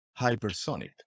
hypersonic